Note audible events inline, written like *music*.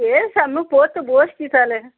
*unintelligible* পড়তে বসছি তাহলে